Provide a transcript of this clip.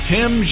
Tim